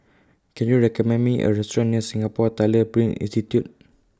Can YOU recommend Me A Restaurant near Singapore Tyler Print Institute